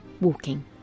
walking